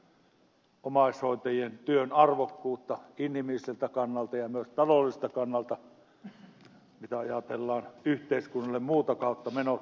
on turha perustella omaishoitajien työn arvokkuutta inhimilliseltä kannalta ja myös taloudelliselta kannalta jos ajatellaan miten yhteiskunnalle muuta kautta menot kasvaisivat